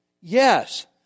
Yes